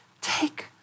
take